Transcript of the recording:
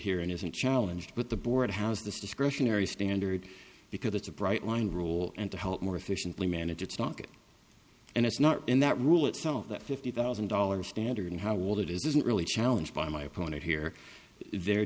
here and is a challenge but the board has this discretionary standard because it's a bright line rule and to help more efficiently manage it's not and it's not in that rule itself that fifty thousand dollars standard and how old it is isn't really challenged by my opponent here they're